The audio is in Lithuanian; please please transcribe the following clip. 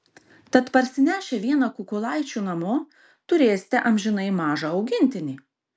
tad parsinešę vieną kukulaičių namo turėsite amžinai mažą augintinį